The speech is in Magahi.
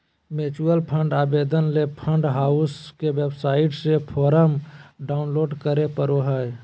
म्यूचुअल फंड आवेदन ले फंड हाउस के वेबसाइट से फोरम डाऊनलोड करें परो हय